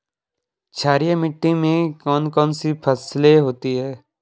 क्षारीय मिट्टी में कौन कौन सी फसलें होती हैं?